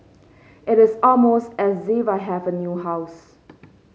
it is almost as if I have a new house